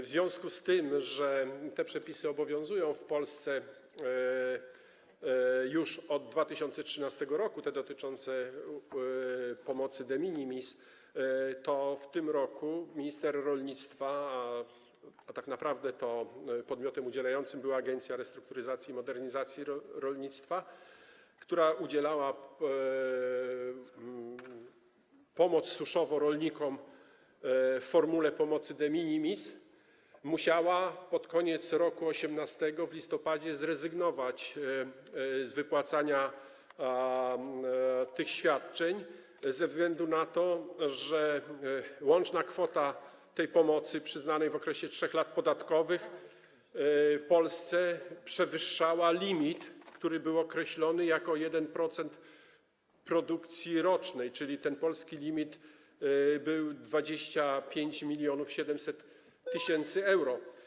W związku z tym, że te przepisy obowiązują w Polsce już od 2013 r., przepisy dotyczące pomocy de minimis, w tym roku minister rolnictwa... tak naprawdę podmiotem udzielającym pomocy była Agencja Restrukturyzacji i Modernizacji Rolnictwa, która udzielała pomocy suszowej rolnikom w formule pomocy de minimis, i to ona musiała pod koniec roku 2018, w listopadzie, zrezygnować z wypłacania tych świadczeń ze względu na to, że łączna kwota tej pomocy przyznanej w okresie 3 lat podatkowych Polsce przewyższała limit, który określono jako 1% produkcji rocznej, czyli polski limit to było 25 700 tys. euro.